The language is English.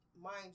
mind